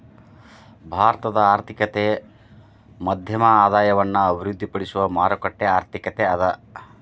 ಭಾರತದ ಆರ್ಥಿಕತೆ ಮಧ್ಯಮ ಆದಾಯವನ್ನ ಅಭಿವೃದ್ಧಿಪಡಿಸುವ ಮಾರುಕಟ್ಟೆ ಆರ್ಥಿಕತೆ ಅದ